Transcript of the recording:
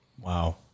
Wow